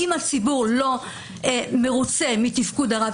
אם הציבור לא מרוצה מתפקוד הרב,